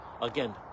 again